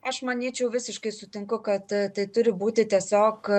aš manyčiau visiškai sutinku kad tai turi būti tiesiog